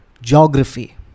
geography